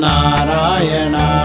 Narayana